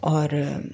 और